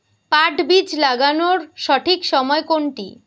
পাট বীজ লাগানোর সঠিক সময় কোনটা?